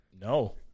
no